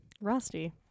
rusty